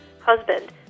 Husband